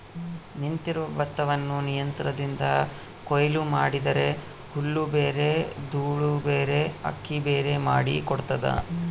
ನಿಂತಿರುವ ಭತ್ತವನ್ನು ಯಂತ್ರದಿಂದ ಕೊಯ್ಲು ಮಾಡಿದರೆ ಹುಲ್ಲುಬೇರೆ ದೂಳುಬೇರೆ ಅಕ್ಕಿಬೇರೆ ಮಾಡಿ ಕೊಡ್ತದ